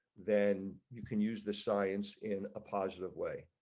then you can use the science in a positive way.